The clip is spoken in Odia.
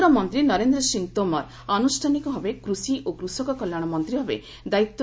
କେନ୍ଦ୍ରମନ୍ତ୍ରୀ ନରେନ୍ଦ୍ର ସିଂ ତୋମର୍ ଆନୁଷ୍ଠାନିକ ଭାବେ କୃଷି ଓ କୃଷକ କଲ୍ୟାଣ ମନ୍ତ୍ରୀ ଭାବେ ଦାୟିତ୍ୱ ନେଇଛନ୍ତି